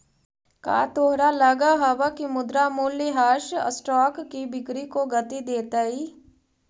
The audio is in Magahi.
का तोहरा लगअ हवअ की मुद्रा मूल्यह्रास स्टॉक की बिक्री को गती देतई